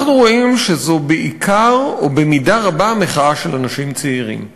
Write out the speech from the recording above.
אנחנו רואים שזו בעיקר או במידה רבה מחאה של אנשים צעירים.